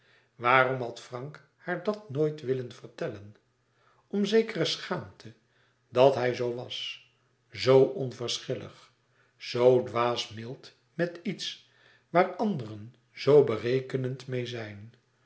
waarom had frank haar dat nooit willen vertellen om zekere schaamte dat hij zoo was zoo onverschillig zoo dwaas mild met iets waar anderen zoo berekenend meê zijn